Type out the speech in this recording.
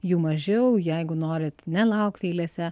jų mažiau jeigu norit nelaukti eilėse